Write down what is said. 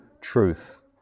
truth